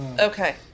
okay